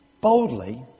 boldly